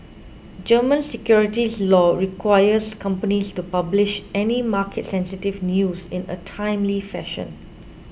German securities law requires companies to publish any market sensitive news in a timely fashion